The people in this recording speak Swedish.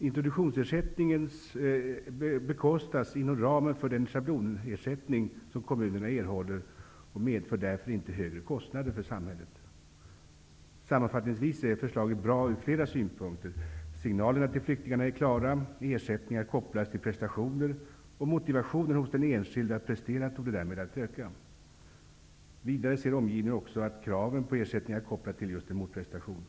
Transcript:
Introduktionsersättningen bekostas inom ramen för den schablonersättning som kommunerna erhåller och medför därför inte högre kostnader för samhället. Sammanfattningsvis är förslaget bra från flera synpunkter. Signalerna till flyktingarna är klara. Ersättningar kopplas till prestationer, och den enskildes motivation att prestera något torde därmed öka. Vidare ser omgivningen att kraven på ersättning är kopplade till just en motprestation.